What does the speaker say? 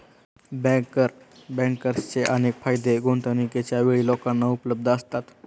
banker बँकर्सचे अनेक फायदे गुंतवणूकीच्या वेळी लोकांना उपलब्ध असतात